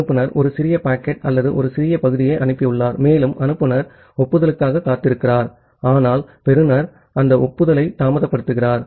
அனுப்புநர் ஒரு சிறிய பாக்கெட் அல்லது ஒரு சிறிய பகுதியை அனுப்பியுள்ளார் மேலும் அனுப்புநர் ஒப்புதலுக்காகக் காத்திருக்கிறார் ஆனால் பெறுநர் அந்த ஒப்புதலைத் தாமதப்படுத்துகிறார்